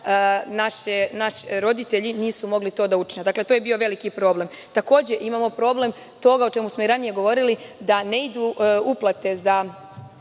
naši roditelji nisu mogli to da učine. Dakle, to je bio veliki problem. Takođe imalo problem toga o čemu smo i ranije govorili da ne idu uplate za